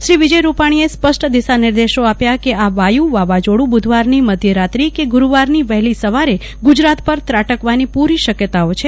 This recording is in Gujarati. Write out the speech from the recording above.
શ્રી વિજયભાઇ રૂપાણીએ સ્પષ્ટ દિશાનિર્દેશો આપ્યા કે આ વાયુ વાવાઝોડું બુધવારની મધ્યરાત્રી કે ગુરૂવારની વહેલી સવારે ગુજરાત પર ત્રાટકવાની પૂરી શકયતાઓ છે